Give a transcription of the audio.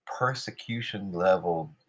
persecution-level